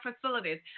facilities